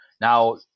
Now